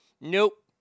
Nope